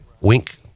Wink